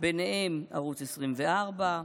ובהם ערוץ 24,